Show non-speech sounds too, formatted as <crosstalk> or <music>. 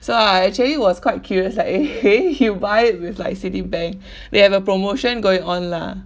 so I actually was quite curious like eh you buy it with like citibank <breath> they have a promotion going on lah